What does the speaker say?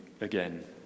again